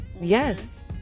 Yes